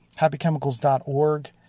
happychemicals.org